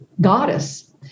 goddess